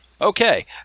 Okay